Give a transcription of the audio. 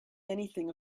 anything